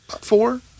Four